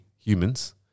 humans